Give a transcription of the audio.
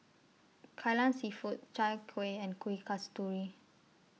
Kai Lan Seafood Chai Kueh and Kuih Kasturi